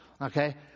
Okay